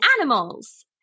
animals